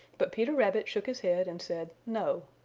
but peter rabbit shook his head and said, no.